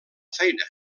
feina